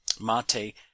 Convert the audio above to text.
Mate